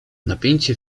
napięcie